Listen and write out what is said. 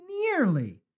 nearly